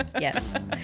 Yes